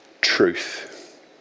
Truth